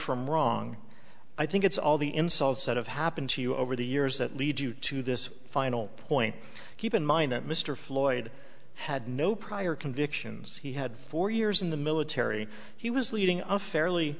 from wrong i think it's all the insult said of happened to you over the years that lead you to this final point keep in mind that mr floyd had no prior convictions he had four years in the military he was leading a fairly